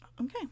Okay